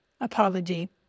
Apology